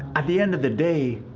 at the end of the day.